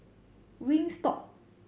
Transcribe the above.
wingstop